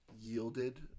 yielded